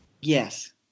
Yes